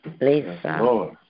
Lisa